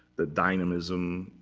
the dynamism,